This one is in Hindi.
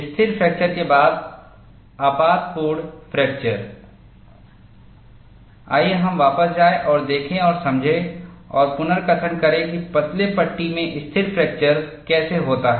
स्थिर फ्रैक्चर के बाद आपातपूर्ण फ्रैक्चर आइए हम वापस जाएं और देखें और समझें और पुनर्कथन करें कि पतले पट्टी में स्थिर फ्रैक्चर कैसे होता है